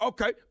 Okay